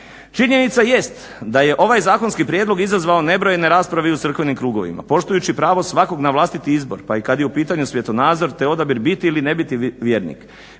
Činjenica jest da je ovaj zakonski prijedlog izazvao nebrojene rasprave i u crkvenim krugovima poštujući pravo svakog na vlastiti izbor, pa i kad je u pitanju svjetonazor, te odabir biti ili ne biti vjernik.